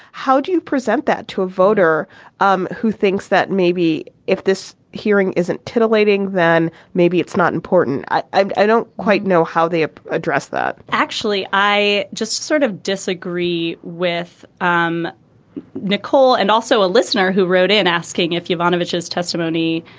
how do you present that to a voter um who thinks that maybe if this hearing isn't titillating, then maybe it's not important? i don't quite know how they ah address that, actually i just sort of disagree with um nicole and also a listener who wrote in asking if you voinovich's testimony,